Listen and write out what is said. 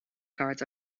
cards